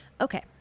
Okay